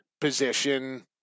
position